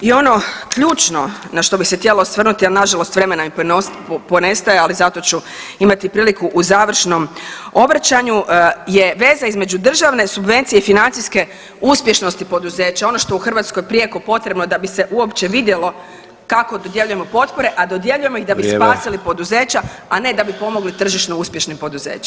I ono ključno na što bi se htjela osvrnuti, a nažalost vremena mi ponestaje, ali zato ću imati priliku u završnom obraćanju je veza između državne subvencije i financijske uspješnosti poduzeća, ono što u Hrvatskoj prijeko potrebno da bi se uopće vidjelo kako dodjeljujemo potpore, a dodjeljujemo iz da bi [[Upadica: Vrijeme.]] spasili poduzeća, a ne da bi pomogli tržišno uspješnim poduzećima.